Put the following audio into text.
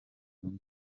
zunze